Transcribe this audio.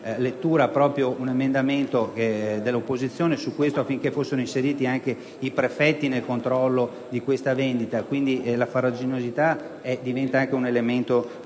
lettura proprio un emendamento dell'opposizione a tal riguardo affinché fossero inseriti anche i prefetti nel controllo di detta vendita. Quindi, la farraginosità diventa anche un elemento